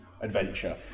adventure